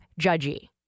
judgy